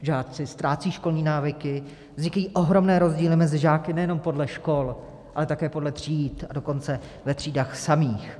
Žáci ztrácejí školní návyky, vznikají ohromné rozdíly mezi žáky nejenom podle škol, ale také podle tříd, a dokonce ve třídách samých.